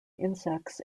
insects